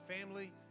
family